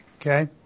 okay